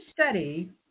study